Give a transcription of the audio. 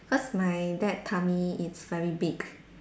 cause my dad tummy is very big